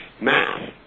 math